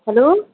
hello